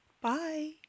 Bye